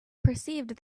perceived